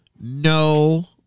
No